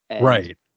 Right